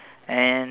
and